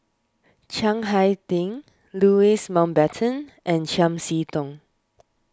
Chiang Hai Ding Louis Mountbatten and Chiam See Tong